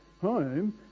home